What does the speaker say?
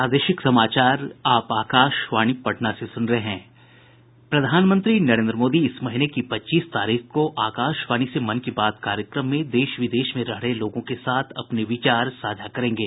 प्रधानमंत्री नरेन्द्र मोदी इस महीने की पच्चीस तारीख को आकाशवाणी से मन की बात कार्यक्रम में देश विदेश में रह रहे लोगों के साथ अपने विचार साझा करेंगे